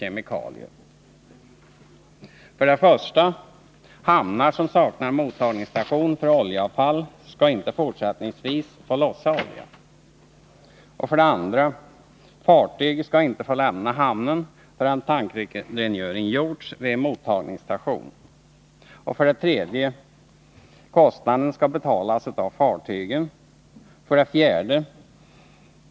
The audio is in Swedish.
1. Hamnar som saknar mottagningsstation för oljeavfall skall fortsättningsvis inte få lossa olja. 2. Fartyg skall inte få lämna hamnen förrän tankrengöring gjorts vid mottagningsstationen. 4.